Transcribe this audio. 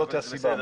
זה בסדר,